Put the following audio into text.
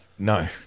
No